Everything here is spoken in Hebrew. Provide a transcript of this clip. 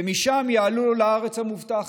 ומשם הם יעלו לארץ המובטחת.